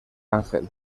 ángel